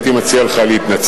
ודאי הייתי מציע לך להתנצל.